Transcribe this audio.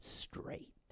straight